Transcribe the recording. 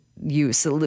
use